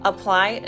Apply